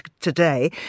today